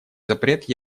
запрет